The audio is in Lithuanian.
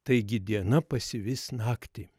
taigi diena pasivis naktį